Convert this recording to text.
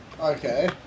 Okay